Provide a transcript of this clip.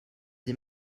des